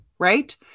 right